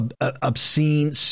obscene